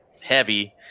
heavy